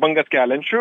bangas keliančių